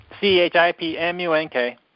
C-H-I-P-M-U-N-K